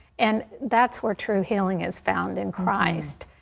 and that's where true healing is found, in christ.